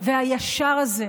והישר הזה,